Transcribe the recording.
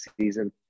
season